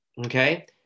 Okay